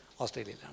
Australia